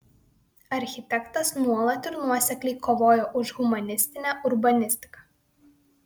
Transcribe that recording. architektas nuolat ir nuosekliai kovojo už humanistinę urbanistiką